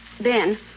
Ben